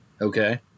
Okay